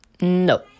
No